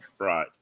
Right